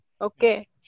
Okay